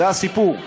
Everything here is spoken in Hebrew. זה הסיפור,